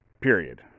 period